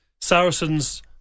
Saracens